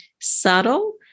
subtle